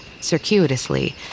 circuitously